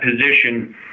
position